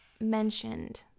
mentioned